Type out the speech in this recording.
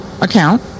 account